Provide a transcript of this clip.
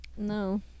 No